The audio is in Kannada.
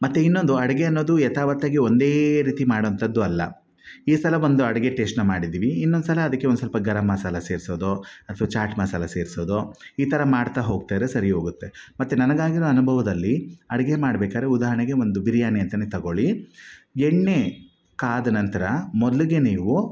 ಮತ್ತು ಇನ್ನೊಂದು ಅಡುಗೆ ಅನ್ನೋದು ಯಥಾವತ್ತಾಗಿ ಒಂದೇ ರೀತಿ ಮಾಡುವಂಥದ್ದು ಅಲ್ಲ ಈ ಸಲ ಒಂದು ಅಡುಗೆ ಟೇಸ್ಟ್ನ ಮಾಡಿದ್ದೀವಿ ಇನ್ನೊಂಡುಸಲ ಅದಕ್ಕೆ ಒಂದು ಸ್ವಲ್ಪ ಗರಮ್ ಮಸಾಲ ಸೇರಿಸೋದೋ ಅಥವಾ ಚಾಟ್ ಮಸಾಲ ಸೇರಿಸೋದೋ ಈ ಥರ ಮಾಡ್ತಾ ಹೋಗ್ತಾಯಿರೆ ಸರಿ ಹೋಗುತ್ತೆ ಮತ್ತು ನನಗಾಗಿರೋ ಅನುಭವದಲ್ಲಿ ಅಡುಗೆ ಮಾಡಬೇಕಾರೆ ಉದಾಹರಣೆಗೆ ಒಂದು ಬಿರಿಯಾನಿ ಅಂತ ತೊಗೊಳ್ಳಿ ಎಣ್ಣೆ ಕಾದ ನಂತರ ಮೊದಲಿಗೆ ನೀವು